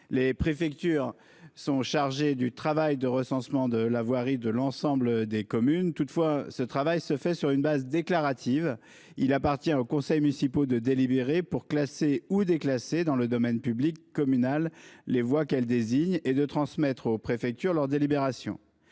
Les préfectures sont chargées du travail de recensement de la voirie de l'ensemble des communes. Toutefois, celui-ci se fait sur une base déclarative : il appartient aux conseils municipaux de délibérer pour classer ou déclasser dans le domaine public communal les voies désignées et de transmettre aux préfectures leurs délibérations.